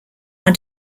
are